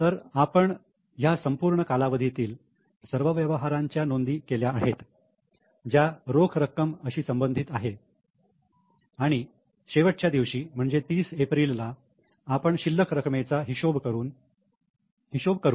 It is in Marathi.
तर आपण या संपूर्ण कालावधी तील सर्व व्यवहारांच्या नोंदी केल्या आहेत ज्या रोख रक्कम अशी संबंधित आहेत आणि शेवटच्या दिवशी म्हणजे 30 एप्रिल ला आपण शिल्लक रक्कमेचा हिशोब करू